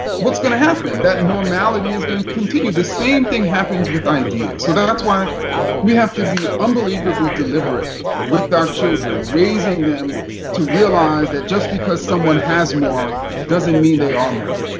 what's going to happen? the normality is going to continue. the same thing happens with ideas. so that's why we have to be unbelievably deliberate with our children, raising them to realize that just because someone has more, doesn't mean they are more.